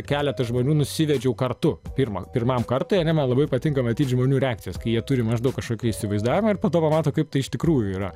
keletą žmonių nusivedžiau kartu pirma pirmam kartui ane man labai patinka matyti žmonių reakcijas kai jie turi maždaug kažkokį įsivaizdavimą ir po to pamato kaip tai iš tikrųjų yra